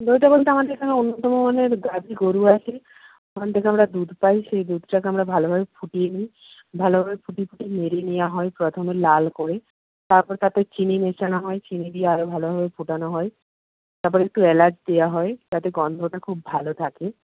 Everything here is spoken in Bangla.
দইটা বলতে আমাদের এখানে উন্নত মানের গাভী গোরু আছে ওখান থেকে আমরা দুধ পাই সেই দুধটাকে আমরা ভালোভাবে ফুটিয়ে নিই ভালোভাবে ফুটিয়ে ফুটিয়ে মেরে নেওয়া হয় প্রথমে লাল করে তারপর তাতে চিনি মেশানো হয় চিনি দিয়ে আরও ভালোভাবে ফোটানো হয় তারপরে একটু এলাচ দেওয়া হয় যাতে গন্ধটা খুব ভালো থাকে